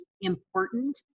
important